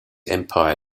empire